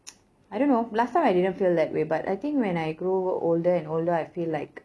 I don't know last time I didn't feel that way but I think when I grow older and older I feel like